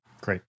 Great